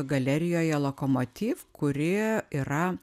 galerijoje lokomotiv kuri yra